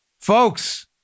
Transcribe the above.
Folks